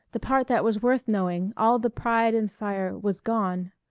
the part that was worth knowing, all the pride and fire, was gone.